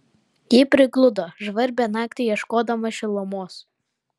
ji prigludo žvarbią naktį ieškodama šilumos